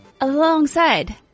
Alongside